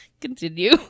Continue